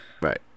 Right